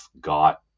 got